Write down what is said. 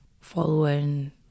following